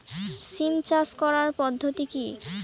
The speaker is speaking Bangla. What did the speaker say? সিম চাষ করার পদ্ধতি কী?